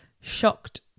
shocked